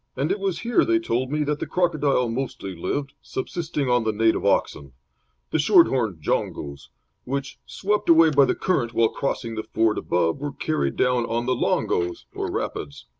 and it was here, they told me, that the crocodile mostly lived, subsisting on the native oxen the short-horned jongos which, swept away by the current while crossing the ford above, were carried down on the longos, or rapids.